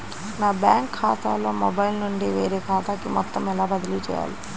నా బ్యాంక్ ఖాతాలో మొబైల్ నుండి వేరే ఖాతాకి మొత్తం ఎలా బదిలీ చేయాలి?